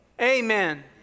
Amen